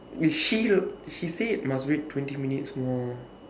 is she she said must wait twenty minutes more